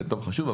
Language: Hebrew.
זה יותר חשוב,